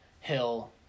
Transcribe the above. Hill